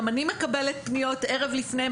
גם אני מקבלת פניות ערב לפני,